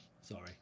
Sorry